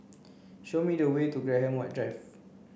show me the way to Graham White Drive